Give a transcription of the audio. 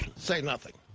say nothing.